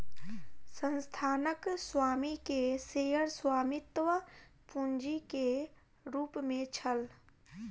संस्थानक स्वामी के शेयर स्वामित्व पूंजी के रूप में छल